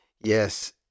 Yes